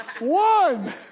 One